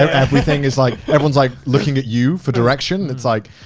everything is like, everyone's like looking at you for direction. it's like,